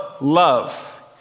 love